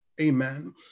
amen